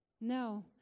No